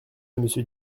monsieur